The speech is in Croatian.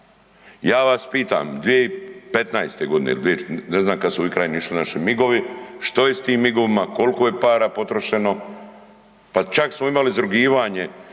Ja vas pitam 2015. g. ili 2014., ne znam kad su ovim krajem išli naši MIG-ovi, što je s tim MIG-ovima, koliko je para potrošeno, pa čak smo imali izrugivanje